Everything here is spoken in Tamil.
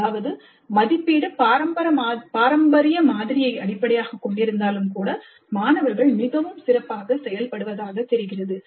அதாவது மதிப்பீடு பாரம்பரிய மாதிரியை அடிப்படையாகக் கொண்டிருந்தாலும் கூட மாணவர்கள் மிகவும் சிறப்பாக செயல்படுவதாக தெரிகிறது